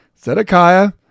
Zedekiah